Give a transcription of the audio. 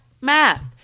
math